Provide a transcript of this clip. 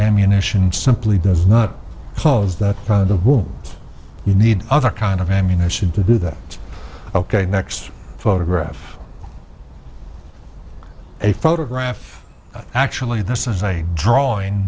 ammunition simply does not close the front of the room you need other kind of ammunition to do that ok next photograph a photograph actually this is a drawing